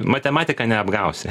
matematika neapgausi